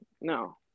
No